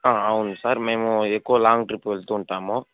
అవును సార్ మేము ఎక్కువ లాంగ్ ట్రిప్పు వెళ్తూ ఉంటాము